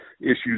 issues